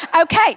Okay